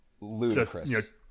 Ludicrous